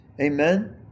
Amen